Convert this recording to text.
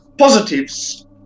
Positives